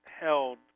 held